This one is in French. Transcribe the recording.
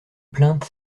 plaintes